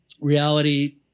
reality